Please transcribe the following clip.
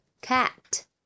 cat